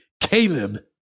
Caleb